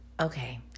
Okay